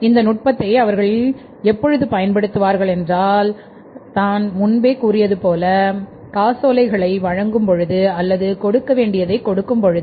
இந்த நுட்பத்தை அவர்கள் எப்பொழுது பயன்படுத்துவார்கள் என்றால் நான் முன்பே கூறியது போல காசோலைகளை வழங்கும் பொழுது அல்லது கொடுக்க வேண்டியதை கொடுக்கும் பொழுது